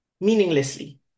meaninglessly